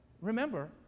Remember